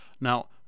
now